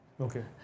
Okay